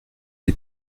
die